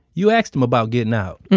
you asked him about getting out